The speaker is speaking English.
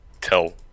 tell